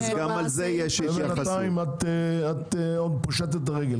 ובינתיים את פושטת רגל.